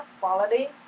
quality